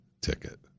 ticket